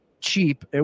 cheap